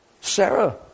Sarah